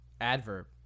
adverb